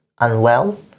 unwell